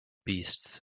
beasts